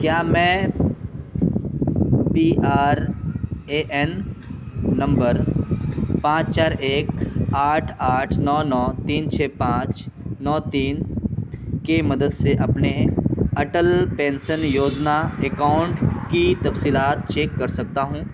کیا میں P R A N نمبر پانچ چار ایک آٹھ آٹھ نو نو تین چھ پانچ نو تین کی مدد سے اپنے اٹل پینسن یوزنا اکاؤنٹ کی تفصیلات چیک کر سکتا ہوں